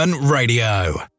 Radio